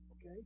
Okay